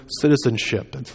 citizenship